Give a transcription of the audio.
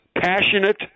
passionate